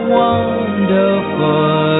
wonderful